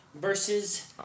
versus